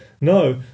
No